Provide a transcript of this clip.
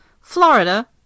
Florida